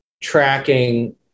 tracking